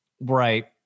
Right